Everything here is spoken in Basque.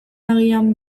agian